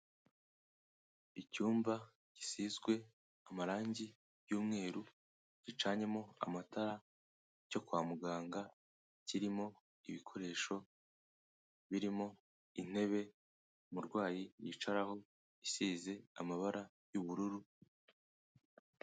Icyumba gisizwe amarangi y'umweru, gicanyemo amatara cyo kwa muganga, kirimo ibikoresho birimo intebe umurwayi yicaraho, isize amabara y'ubururu.